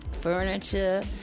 furniture